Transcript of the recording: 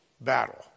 Battle